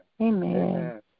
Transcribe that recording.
Amen